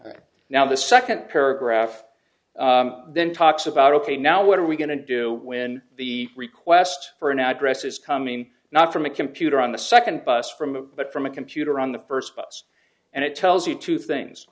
and now the second paragraph then talks about ok now what are we going to do when the request for an address is coming not from a computer on the second bus from but from a computer on the first bus and it tells you two things